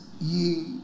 ye